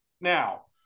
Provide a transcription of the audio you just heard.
Now